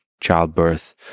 childbirth